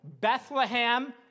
Bethlehem